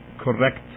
correct